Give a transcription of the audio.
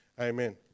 Amen